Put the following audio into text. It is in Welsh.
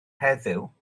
heddiw